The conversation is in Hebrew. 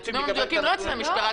הנתונים המדויקים לא אצל המשטרה,